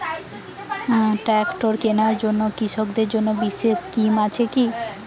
Tractor কেনার জন্য কৃষকদের জন্য বিশেষ স্কিম আছে কি?